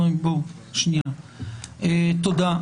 תודה.